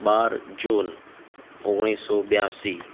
બાર જૂન ઓગણીસો બ્યાંશી